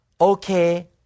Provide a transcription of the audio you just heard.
Okay